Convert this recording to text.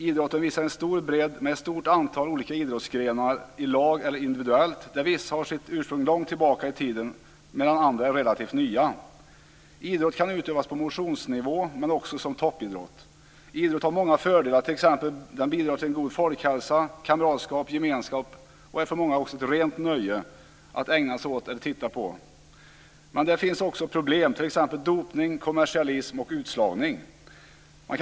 Idrotten visar en stor bredd med ett stort antal olika idrottsgrenar i lag eller individuellt där vissa har sitt ursprung långt tillbaka i tiden medan andra är relativt nya. Idrott kan utövas på motionsnivå men också som toppidrott. Idrott har många fördelar. Den bidrar t.ex. till den god folkhälsa, kamratskap, gemenskap och är för många också ett rent nöje att ägna sig åt eller titta på. Men det finns också problem. Det gäller t.ex. dopning, kommersialism och utslagning.